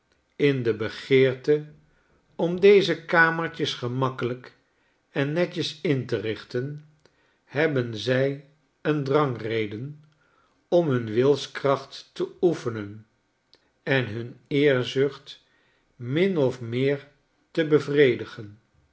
in de begeerte om deze kamertjes gemakkelijk en netjes in te richten hebben zij een drangreden om hun wilskracht te oefenen en hun eerzucht min of meer te bevredigen